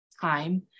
time